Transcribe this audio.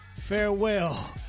farewell